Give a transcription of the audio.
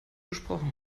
gesprochen